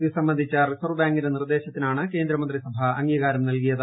ഇതു സംബന്ധിച്ച റിസർവ് ബാങ്കിന്റെ നിർദ്ദേശത്തിനാണ് കേന്ദ്രമന്ത്രിസഭ അംഗീകാരം നൽകിയത്